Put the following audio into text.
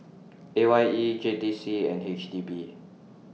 A Y E J T C and H D B